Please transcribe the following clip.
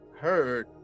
heard